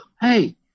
Hey